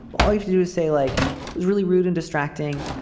all you do is say like it's really rude and distracting.